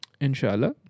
Inshallah